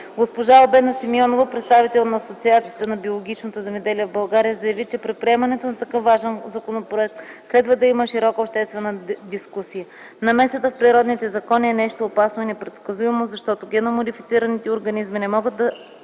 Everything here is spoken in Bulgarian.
Госпожа Албена Симеонова, представител на Асоциацията на биологичното земеделие в България заяви, че при приемането на такъв важен законопроект следва да има широка обществена дискусия. Намесата в природните закони е нещо опасно и непредсказуемо, защото генно модифицираните организми не могат да